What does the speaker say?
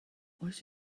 oes